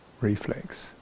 reflex